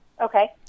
Okay